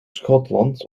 schotland